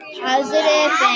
positive